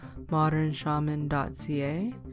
modernshaman.ca